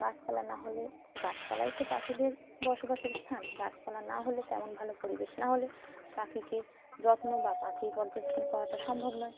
গাছপালা না হলে গাছপালাই তো পাখিদের বসবাসের স্থান গাছপালা না হলে তেমন ভালো পরিবেশ না হলে পাখিকে যত্ন বা পাখি পর্যবেক্ষণ করাটা সম্ভব নয়